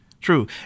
True